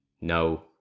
no